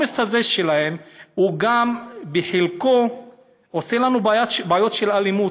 העומס הזה שלהם גם בחלקו עושה לנו בעיות של אלימות,